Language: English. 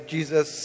Jesus